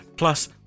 Plus